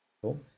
Cool